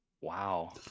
Wow